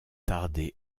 tarder